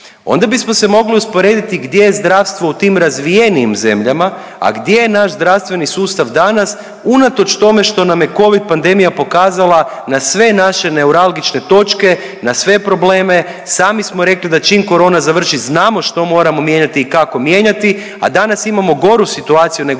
Onda bismo se mogli usporediti gdje je zdravstvo u tim razvijenim zemljama, a gdje je naš zdravstveni sustav danas unatoč tome što nam je kovid pandemija pokazala na sve naše neuralgične točke, na sve probleme. Sami smo rekli da čim korona završi znamo što moramo mijenjati i kako mijenjati, a da nas imamo goru situaciju nego